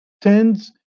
tends